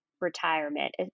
retirement